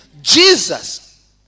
Jesus